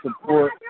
support